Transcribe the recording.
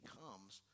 comes